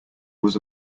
was